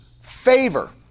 favor